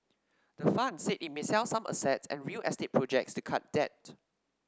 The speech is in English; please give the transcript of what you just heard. the fund said it may sell some assets and real estate projects to cut debt